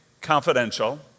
confidential